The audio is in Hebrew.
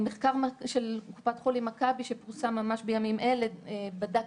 מחקר של קופת חולים מכבי שפורסם ממש בימים אלה בדק